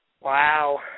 Wow